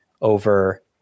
over